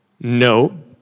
No